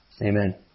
Amen